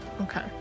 Okay